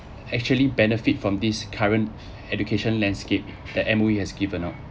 actually benefit from this current education landscape that M_O_E has given out